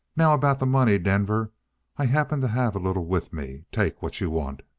now, about the money, denver i happen to have a little with me. take what you want.